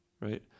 Right